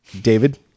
David